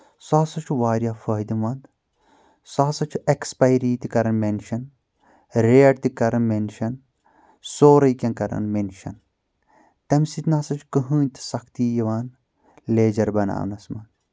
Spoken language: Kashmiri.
سُہ ہسا چھُ واریاہ فٲیدٕ منٛد سُہ ہسا چھُ ایٚکٕسپایری تہِ کران مینشن ریٹ تہِ کران مینشن سورُے کینٛہہ کران مینشن تمہِ سۭتۍ نہٕ ہسا چھُ کٕہٕینۍ تہِ سختی یِوان لیجر بناونس منٛز